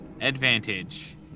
Advantage